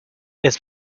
its